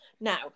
Now